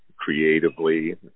creatively